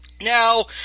Now